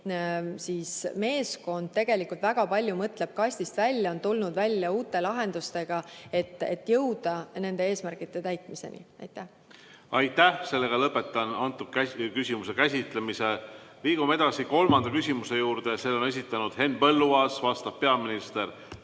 meeskond tegelikult väga palju mõtleb kastist välja, on tulnud välja uute lahendustega, et jõuda nende eesmärkide täitmiseni. Aitäh! Lõpetan selle küsimuse käsitlemise. Liigume edasi kolmanda küsimuse juurde. Selle on esitanud Henn Põlluaas, vastab peaminister